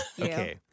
okay